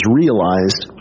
realized